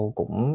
cũng